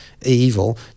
evil